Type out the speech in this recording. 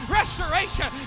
restoration